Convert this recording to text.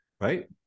right